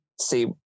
see